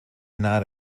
not